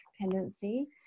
tendency